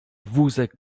wózek